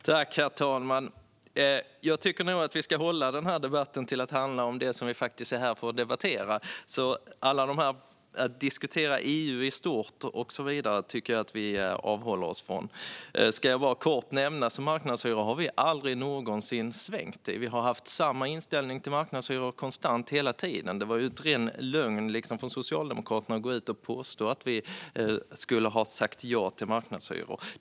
Herr talman! Jag tycker att vi ska hålla oss till det debatten gäller och avhålla oss från att diskutera EU och så vidare. Låt mig bara kort nämna att vi aldrig har svängt om marknadshyror. Vi har hela tiden haft samma inställning till marknadshyror. Det var en ren lögn från Socialdemokraterna att påstå att vi sa ja till marknadshyror.